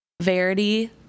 verity